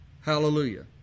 Hallelujah